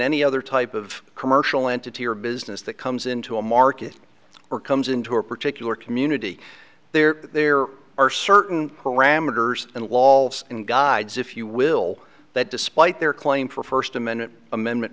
any other type of commercial entity or business that comes into a market or comes into a particular community there that there are certain parameters and waltz in guides if you will that despite their claim for first amendment amendment